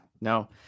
no